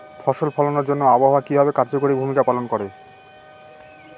ফসল ফলানোর জন্য আবহাওয়া কিভাবে কার্যকরী ভূমিকা পালন করে?